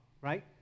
right